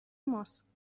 ماست